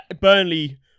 Burnley